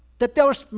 that there was,